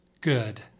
good